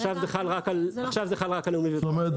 עכשיו בכלל רק על --- זאת אומרת,